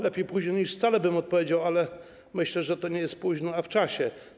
Lepiej późno niż wcale, bym odpowiedział, ale myślę, że to nie jest późno, a w czasie.